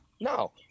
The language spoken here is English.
No